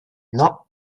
not